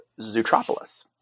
Zootropolis